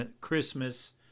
Christmas